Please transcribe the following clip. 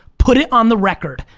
put it on the record,